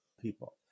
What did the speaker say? people